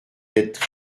d’être